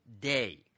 day